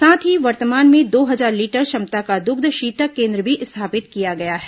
साथ ही वर्तमान में दो हजार लीटर क्षमता का दुग्ध शीतक केन्द्र भी स्थापित किया गया है